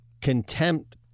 contempt